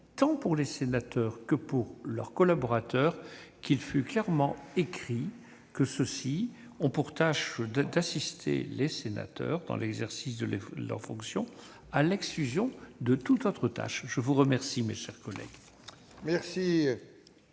tant pour les sénateurs que pour leurs collaborateurs qu'il fût clairement écrit que ceux-ci ont pour tâche d'assister les sénateurs dans l'exercice de leurs fonctions, à l'exclusion de toute autre tâche. La parole est à M.